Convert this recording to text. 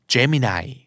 Gemini